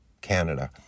Canada